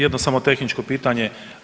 Jedno samo tehničko pitanje.